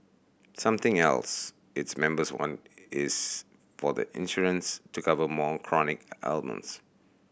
something else its members want is for the insurance to cover more chronic ailments